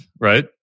right